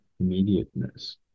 Immediateness